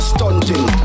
Stunting